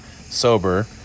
sober